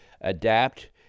adapt